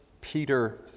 Peter